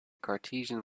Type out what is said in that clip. cartesian